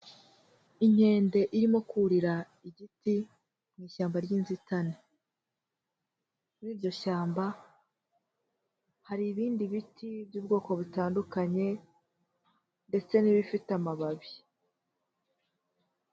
Inkende irimo kurira igiti mu ishyamba ry'inzitane, muri iryo shyamba, hari ibindi biti by'ubwoko butandukanye ndetse n'ibifite amababi.